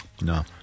no